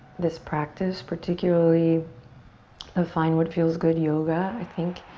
this practice, particularly the find what feels good yoga i think,